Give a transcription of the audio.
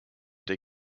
they